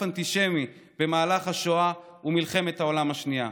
אנטישמית במהלך השואה ומלחמת העולם השנייה,